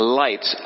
light